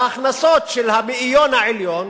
שההכנסות של המאיון העליון